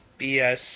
BS